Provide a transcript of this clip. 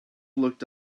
looked